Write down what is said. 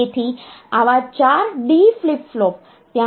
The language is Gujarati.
તેથી આવા 4 ડી ફ્લિપ ફ્લોપ ત્યાં હોઈ શકે છે